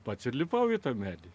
pats įlipau į tą medį